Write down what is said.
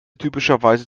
typischerweise